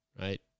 right